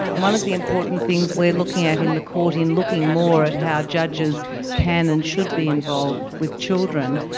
one of the important things we're looking at in the court, in looking more at how judges can and should be involved with children,